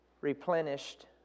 replenished